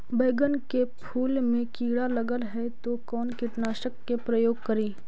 बैगन के फुल मे कीड़ा लगल है तो कौन कीटनाशक के प्रयोग करि?